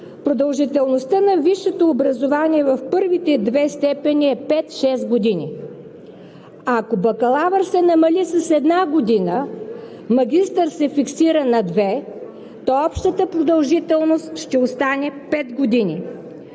Продължителността на висшето образование в първите две степени е пет – шест години. Ако „бакалавър“ се намали с една година, „магистър“ се фиксира на две, то общата продължителност ще остане пет години.